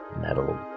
metal